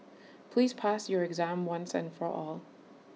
please pass your exam once and for all